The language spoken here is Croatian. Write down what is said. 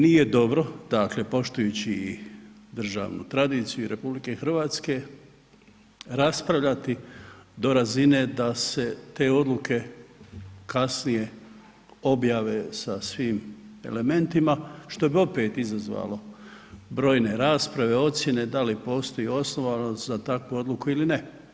Nije dobro, dakle poštujući i državnu tradiciju RH raspravljati do razine da se te odluke kasnije objave sa svim elementima što bi opet izazvalo brojne rasprave, da li postoji osnovanost za takvu odluku ili ne.